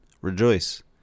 rejoice